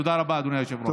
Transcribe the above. תודה רבה, אדוני היושב-ראש.